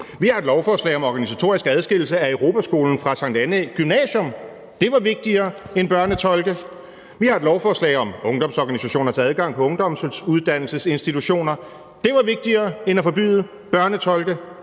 Vi har et lovforslag om organisatorisk adskillelse af Europaskolen fra Sankt Annæ Gymnasium – det var vigtigere end at forbyde børnetolke. Vi har et lovforslag om ungdomsorganisationers adgang på ungdomsuddannelsesinstitutioner – det var vigtigere end at forbyde børnetolke.